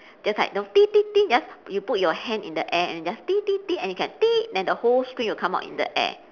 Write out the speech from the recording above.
just like you know just you put your hand in the air and just and you can then the whole screen will come up in the air